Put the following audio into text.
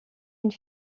une